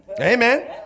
Amen